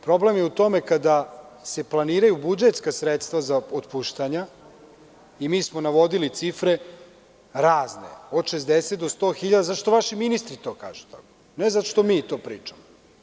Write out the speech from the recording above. Problem je u tome, kada se planiraju budžetska sredstva za otpuštanja i mi smo navodili cifre, razne, od 60 do 100 hiljada, zato što vaši ministri to kažu, ne zato što mi to pričamo.